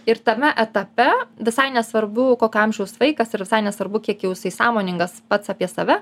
ir tame etape visai nesvarbu kokio amžiaus vaikas ir visai nesvarbu kiek jau jisai sąmoningas pats apie save